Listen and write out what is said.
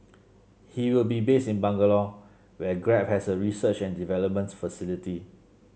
he will be based in Bangalore where Grab has a research and development facility